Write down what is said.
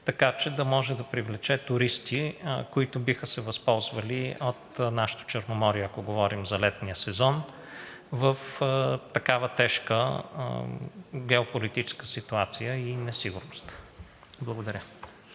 така че да може да привлече туристи, които биха се възползвали от нашето Черноморие, ако говорим за летния сезон в такава тежка геополитическа ситуация и несигурност. Благодаря.